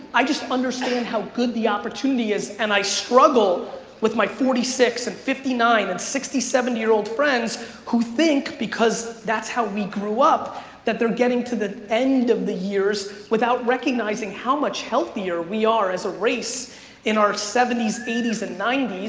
i just understand how good the opportunity is and i struggle with my forty six and fifty nine and sixty seven year old friends who think because that's how we grew up that they're getting to the end of the years without recognizing how much healthier we are as a race in our seventy s, eighty s and ninety s.